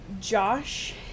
Josh